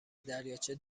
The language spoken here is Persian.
دریاچه